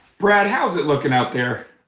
brad, how's it looking out there?